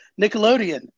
Nickelodeon